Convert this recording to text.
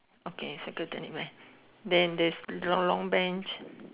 okay then this long long Bench